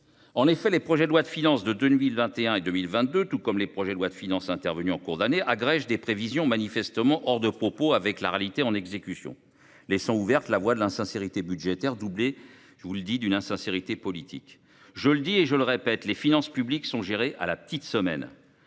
2021 et le projet de loi de finances pour 2022, tout comme les projets de loi de finances intervenus en cours d’année, agrègent des prévisions manifestement hors de propos avec la réalité en exécution, laissant ouverte la voie de l’insincérité budgétaire, doublée d’une insincérité politique. Je le dis et le répète, les finances publiques sont gérées à la petite semaine